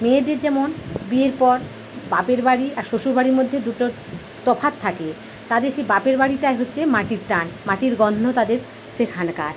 মেয়েদের যেমন বিয়ের পর বাপের বাড়ি আর শ্বশুর বাড়ির মধ্যে দুটো তফাৎ থাকে তাদের সেই বাপের বাড়িটাই হচ্ছে মাটির টান মাটির গন্ধ তাদের সেখানকার